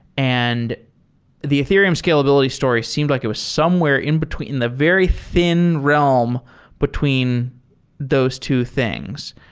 and the ethereum scalability story seemed like it was somewhere in between the very thin realm between those two things.